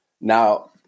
Now